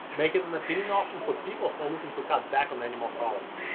making it an appealing option for people who are looking to cut back on animal products.